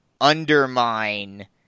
undermine